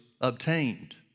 obtained